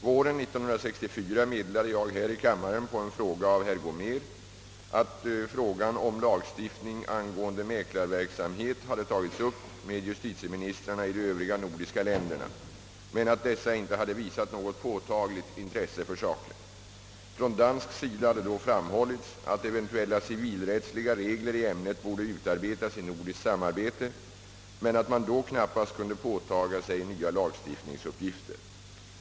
Våren 1964 meddelade jag här i kammaren på fråga av herr Gomér att spörsmålet om lagstiftning angående mäklarverksamhet hade tagits upp med justitieministrarna i de övriga nordiska länderna, men att dessa inte hade visat något påtagligt intresse för saken. Från dansk sida hade då framhållits att eventuella civilrättsliga regler i ämnet borde utarbetas i nordiskt samarbete men att man då knappast kunde påtaga sig nya lagstiftningsuppgifter.